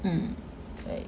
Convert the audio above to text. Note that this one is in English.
mm 对